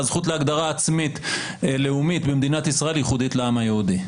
שהזכות להגדרה עצמית לאומית במדינת ישראל ייחודית לעם היהודי.